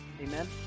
Amen